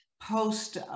post